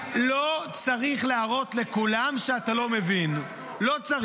לא צריך להראות לכולם שאתה לא מבין, לא צריך.